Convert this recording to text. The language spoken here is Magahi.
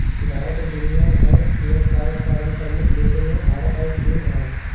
भारत और दुनिया भर में चाय उत्पादन प्रमुख देशों मेंभारत और चीन हइ